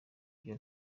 ibyo